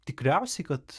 tikriausiai kad